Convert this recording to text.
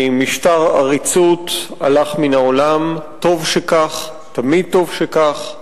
משטר עריצות הלך מהעולם, וטוב שכך, תמיד טוב שכך.